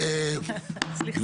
גבירתי.